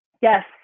Yes